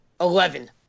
eleven